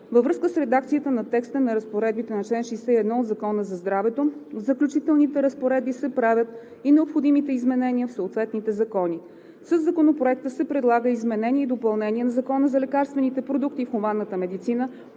Във връзка с редакцията на текста на разпоредбата на чл. 61 от Закона за здравето в Заключителните разпоредби се правят и необходимите изменения в съответните закони. Със Законопроекта се предлагат и изменения и допълнения на Закона за лекарствените продукти в хуманната медицина,